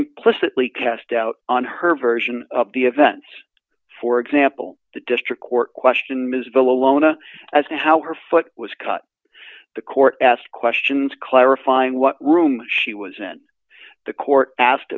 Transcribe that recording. implicitly cast doubt on her version of the events for example the district court question ms vilonia as to how her foot was cut the court asked questions clarifying what room she was in the court asked